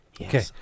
Okay